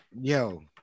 Yo